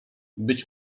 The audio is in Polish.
być